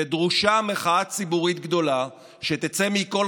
ודרושה מחאה ציבורית גדולה שתצא מכל